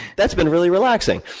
that's been really relaxing.